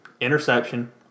interception